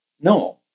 No